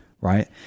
Right